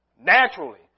Naturally